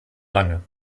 lange